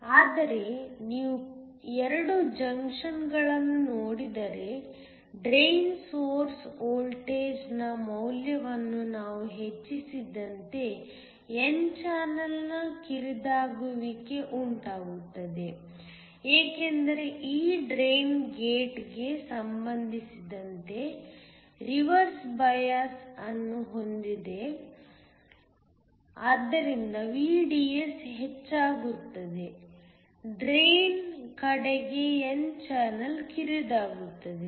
ಆದರೆ ನೀವು 2 ಜಂಕ್ಷನ್ಗಳನ್ನು ನೋಡಿದರೆ ಡ್ರೈನ್ ಸೋರ್ಸ್ ವೋಲ್ಟೇಜ್ನ ಮೌಲ್ಯವನ್ನು ನಾವು ಹೆಚ್ಚಿಸಿದಂತೆ n ಚಾನಲ್ನ ಕಿರಿದಾಗುವಿಕೆ ಉಂಟಾಗುತ್ತದೆ ಏಕೆಂದರೆ ಈ ಡ್ರೈನ್ ಗೇಟ್ಗೆ ಸಂಬಂಧಿಸಿದಂತೆ ರಿವರ್ಸ್ ಬಯಾಸ್ ಅನ್ನು ಹೊಂದಿದೆ ಆದ್ದರಿಂದ VDS ಹೆಚ್ಚಾಗುತ್ತದೆ ಡ್ರೈನ್ ಕಡೆಗೆ n ಚಾನಲ್ ಕಿರಿದಾಗುತ್ತದೆ